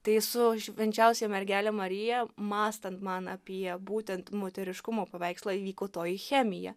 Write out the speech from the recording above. tai su švenčiausiąja mergele marija mąstant man apie būtent moteriškumo paveikslą įvyko toji chemija